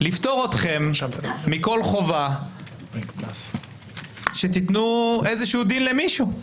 לפטור אתכם מכל חובה שתיתנו איזשהו דין למישהו.